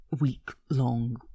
week-long